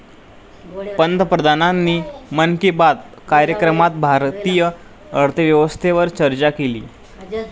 पंतप्रधानांनी मन की बात कार्यक्रमात भारतीय अर्थव्यवस्थेवर चर्चा केली